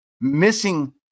missing